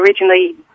originally